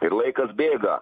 ir laikas bėga